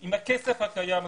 - אם הכסף הקיים,